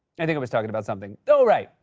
i think i was talking about something. oh, right.